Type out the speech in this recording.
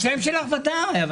השם שלך ודאי.